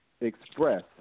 express